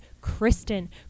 Kristen